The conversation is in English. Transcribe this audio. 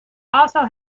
also